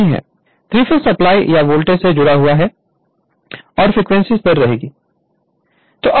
परख 3 phase supply या voltage से जुड़ा हुआ है और फ्रीक्वेंसी स्थिर रहेगी